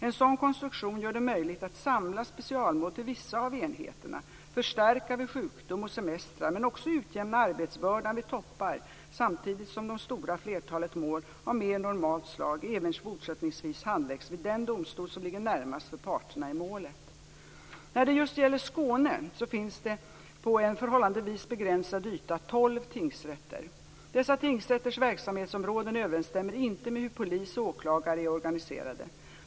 En sådan konstruktion gör det möjligt att samla specialmål till vissa av enheterna, förstärka vid sjukdom och semestrar men också utjämna arbetsbördan vid toppar samtidigt som de stora flertalet mål av mer normalt slag även fortsättningsvis handläggs vid den domstol som ligger närmast för parterna i målet. När det just gäller Skåne så finns det på en förhållandevis begränsad yta tolv tingsrätter. Dessa tingsrätters verksamhetsområden överensstämmer inte med hur polis och åklagare är organiserade.